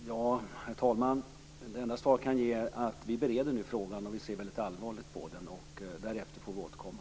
Herr talman! Det enda svar jag kan ge är att vi nu bereder frågan och ser väldigt allvarligt på den. Därefter får vi återkomma.